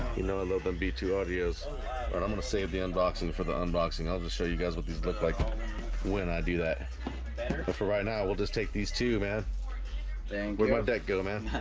you know a little been b to audios i'm gonna save the unboxing for the unboxing i'll just show you guys what these look like when i do that, but for right now, we'll just take these man dang with my deck go man.